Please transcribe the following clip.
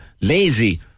Lazy